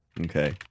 Okay